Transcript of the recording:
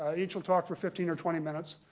ah each will talk for fifteen or twenty minutes,